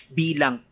bilang